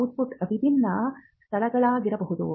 output ವಿಭಿನ್ನ ಸ್ಥಳಗಳಲ್ಲಿರಬಹುದು